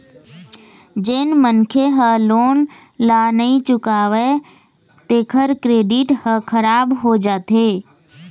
जेन मनखे ह लोन ल नइ चुकावय तेखर क्रेडिट ह खराब हो जाथे